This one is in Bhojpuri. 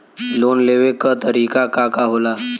लोन लेवे क तरीकाका होला?